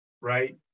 right